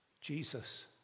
Jesus